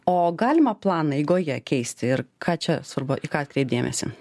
o galima planą eigoje keisti ir ką čia svarbu į ką atkreipt dėmesį